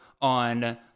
on